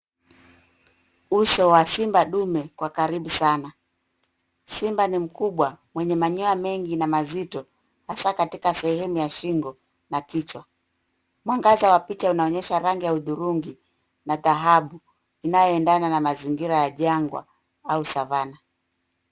Uso wa simba dume, kwa karibu sana. Simba ni mkubwa, mwenye manyoya mengi na mazito, hasa katika sehemu ya shingo, na kichwa. Mwangaza wa picha unaonyesha rangi ya hudhurungi, na dhahabu, inayoendana na mazingira ya jangwa au savana.